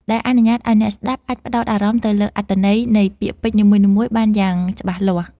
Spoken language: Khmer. ដែលអនុញ្ញាតឱ្យអ្នកស្ដាប់អាចផ្ដោតអារម្មណ៍ទៅលើអត្ថន័យនៃពាក្យពេចន៍នីមួយៗបានយ៉ាងច្បាស់លាស់។